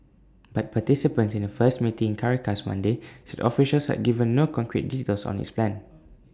but participants in A first meeting in Caracas Monday said officials had given no concrete details on its plan